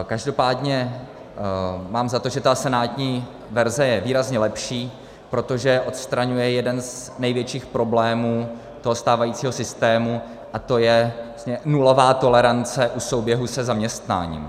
Každopádně mám za to, že senátní verze je výrazně lepší, protože odstraňuje jeden z největších problémů toho stávajícího systému, a to je nulová tolerance u souběhu se zaměstnáním.